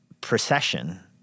procession